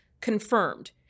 confirmed